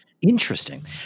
Interesting